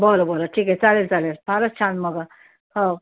बरं बरं ठीक आहे चालेल चालेल फारच छान मग हो